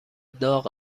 داغ